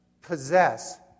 possess